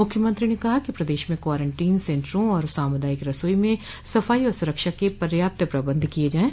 मुख्यमंत्री ने कहा कि प्रदेश में क्वारंटीन सेंटरों और सामुदायिक रसोई में सफाई और सुरक्षा के पर्याप्त प्रबन्ध किये जायें